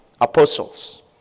apostles